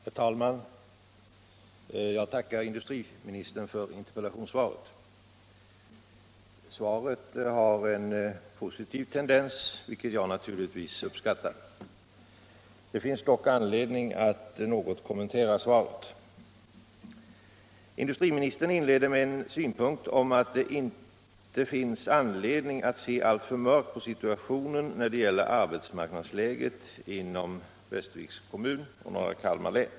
Herr talman! Jag tackar industriministern för interpellationssvaret. Svaret har en positiv tendens, vilket jag naturligtvis uppskattar. Det finns dock anledning att något kommentera svaret. Industriministern inleder med en synpunkt innebärande att det inte finns anledning att se alltför mörkt på situationen när det gäller arbetsmarknadsläget inom Västerviks kommun ochi norra Kalmar län.